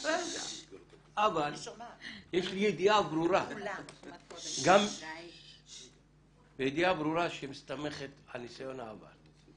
יש לי ידיעה שמסתמכת על ניסיון העבר.